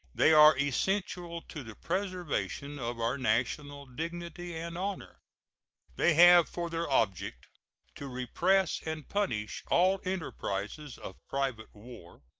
they are essential to the preservation of our national dignity and honor they have for their object to repress and punish all enterprises of private war,